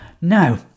now